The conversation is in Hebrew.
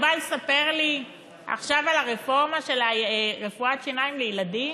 הוא בא לספר לי עכשיו על הרפורמה של רפואת שיניים לילדים?